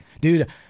Dude